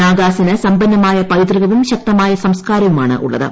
നാഗാസിന് സമ്പന്നമായ പൈതൃകവും ശക്തമായ സംസ്കാരവുമാണ് ഉള്ളത്